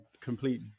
complete